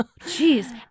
Jeez